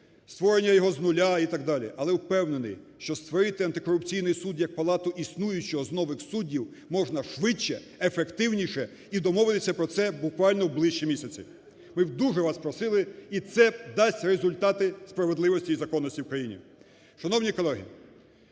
створення його з нуля і так далі, але впевнений, що створити антикорупційний суд як палату існуючого з нових суддів можна швидше, ефективніше і домовитися про це буквально в ближчій місяці. Ми б дуже вас просили і це дасть результати справедливості і законності в країні. Шановні колеги,